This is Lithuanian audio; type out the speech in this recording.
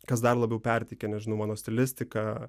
kas dar labiau perteikia nežinau mano stilistiką